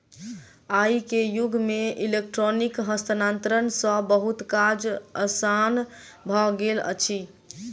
आई के युग में इलेक्ट्रॉनिक हस्तांतरण सॅ बहुत काज आसान भ गेल अछि